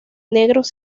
negros